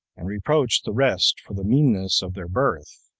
and reproached the rest for the meanness of their birth.